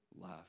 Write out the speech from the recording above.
love